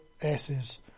S's